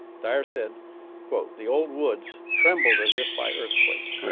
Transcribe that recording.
dyer said quote, the old woods trembled as if by earthquake.